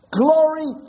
glory